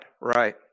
right